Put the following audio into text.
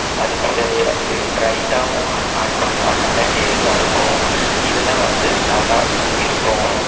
அது கூடவே வந்து ரைத்தாவும் ஆட் பண்ணால் நல்லா டேஸ்ட்டாக இருக்கும் இதெலாம் வந்து நல்லா இருக்கும்